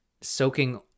soaking